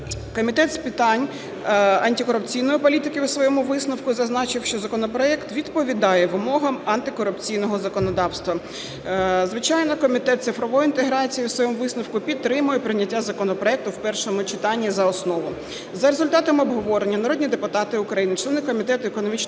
Комітет з питань антикорупційної політики в своєму висновку зазначив, що законопроект відповідає вимогам антикорупційного законодавства. Звичайно, Комітет цифрової інтеграції у своєму висновку підтримує прийняття законопроекту в першому читанні за основу. За результатами обговорення народні депутати України, члени Комітету економічного